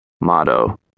Motto